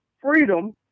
freedom